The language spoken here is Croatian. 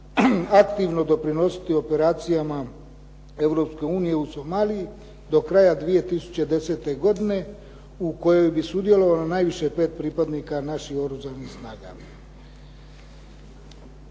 aktivno doprinositi operacijama Europske unije u Somaliji do kraja 2010. godine u kojoj bi sudjelovalo najviše pet pripadnika naših Oružanih snaga.